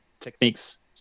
techniques